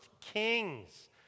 Kings